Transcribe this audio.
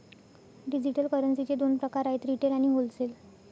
digital करन्सीचे दोन प्रकार आहेत रिटेल आणि होलसेल